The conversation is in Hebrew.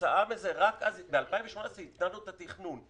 וכתוצאה מכך רק ב-2018 עדכנו את התכנון.